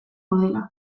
gaudela